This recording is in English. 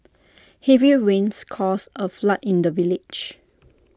heavy rains caused A flood in the village